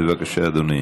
בבקשה, אדוני.